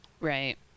Right